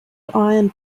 iron